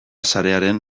sarearen